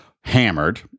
hammered